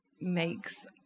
makes